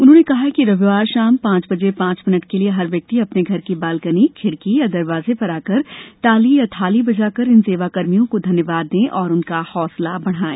उन्होंने कहा कि रविवार शाम पांच बजे पांच मिनट के लिए हर व्यक्ति अपने घर की बालकनी खिड़की या दरवाजे पर आकर ताली थाली बजाकर इन सेवा कर्मियों को धन्यवाद दे और उनका हौसला बढ़ाए